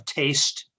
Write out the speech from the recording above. taste